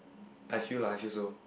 I feel lah I feel so